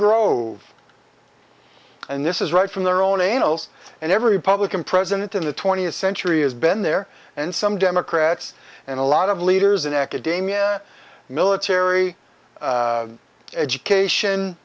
grove and this is right from their own annals and every republican president in the twentieth century has been there and some democrats and a lot of leaders in academia military education